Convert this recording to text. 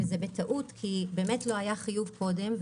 וזה בטעות כי באמת לא היה חיוב קודם,